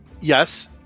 Yes